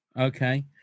Okay